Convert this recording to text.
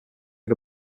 had